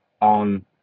on